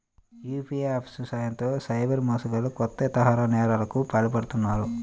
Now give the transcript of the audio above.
UPI apps సాయంతో cyber మోసగాళ్లు కొత్త తరహా నేరాలకు పాల్పడుతున్నారు